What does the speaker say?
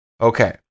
Okay